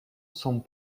sont